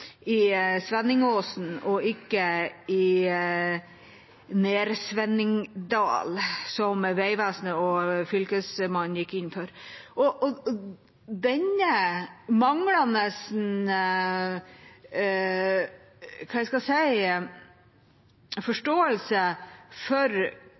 i Svenningåsen og ikke i Ner-Svenningdal, som Vegvesenet og Fylkesmannen gikk inn for. Denne manglende – hva skal jeg si – forståelsen for